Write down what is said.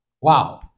Wow